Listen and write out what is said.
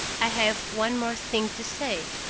i have one more thing to say,